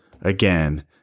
again